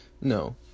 No